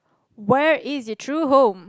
where is it true home